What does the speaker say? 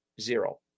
zero